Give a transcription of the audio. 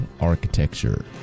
Architecture